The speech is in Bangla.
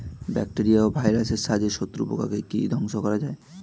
ব্যাকটেরিয়া ও ভাইরাসের সাহায্যে শত্রু পোকাকে কি ধ্বংস করা যায়?